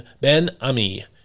Ben-Ami